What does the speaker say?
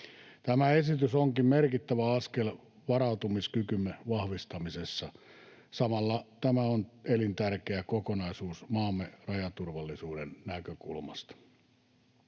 Tämä esitys onkin merkittävä askel varautumiskykymme vahvistamisessa. Samalla tämä on elintärkeä kokonaisuus maamme rajaturvallisuuden näkökulmasta.